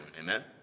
Amen